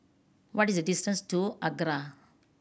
what is the distance to ACRA